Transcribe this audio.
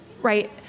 right